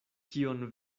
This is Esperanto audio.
kion